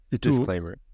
disclaimer